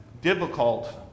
difficult